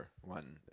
one